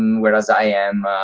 and whereas i am